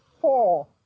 four